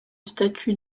statut